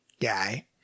guy